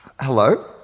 hello